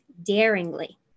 daringly